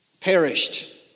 perished